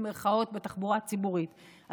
בתחבורה הציבורית,